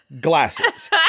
glasses